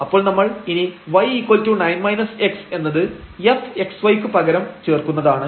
അപ്പോൾ നമ്മൾ ഇനി y9 x എന്നത് fx yക്ക് പകരം ചേർക്കുന്നതാണ്